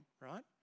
right